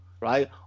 right